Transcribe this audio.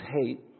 hate